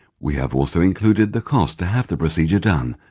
we have also included the cost to have the procedure done.